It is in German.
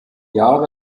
jahre